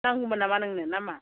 नांगौमोन नामा नोंनो ना मा